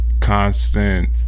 constant